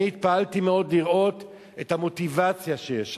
אני התפעלתי מאוד לראות את המוטיבציה שיש שם,